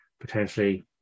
potentially